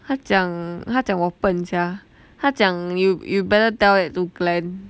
他讲他讲我笨 sia 他讲 you you better tell it to glen